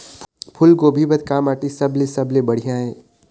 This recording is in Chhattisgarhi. फूलगोभी बर का माटी सबले सबले बढ़िया ये?